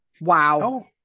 wow